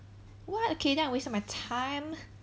what okay then I wasted my time